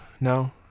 no